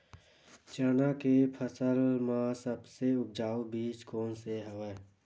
चना के फसल म सबले उपजाऊ बीज कोन स हवय?